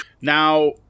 Now